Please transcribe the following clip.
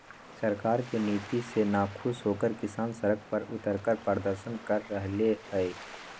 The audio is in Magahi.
सरकार के नीति से नाखुश होकर किसान सड़क पर उतरकर प्रदर्शन कर रहले है